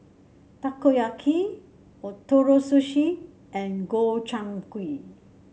Takoyaki Ootoro Sushi and Gobchang Gui